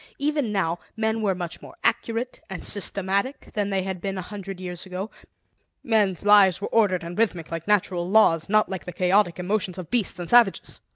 even now, men were much more accurate and systematic than they had been a hundred years ago men's lives were ordered and rhythmic, like natural laws, not like the chaotic emotions of beasts and savages.